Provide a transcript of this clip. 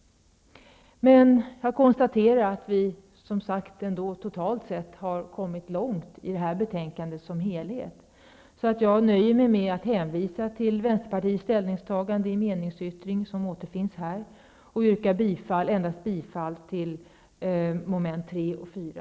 Jag konstaterar emellertid att vi i det här betänkandet totalt sett har kommit långt. Jag nöjer mig med att hänvisa till Vänsterpartiets ställningstagande i vår meningsyttring och yrkar bifall till densamma beträffande mom. 3 och 4.